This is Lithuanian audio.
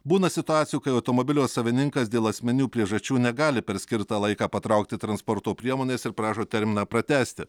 būna situacijų kai automobilio savininkas dėl asmeninių priežasčių negali per skirtą laiką patraukti transporto priemonės ir prašo terminą pratęsti